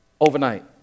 Overnight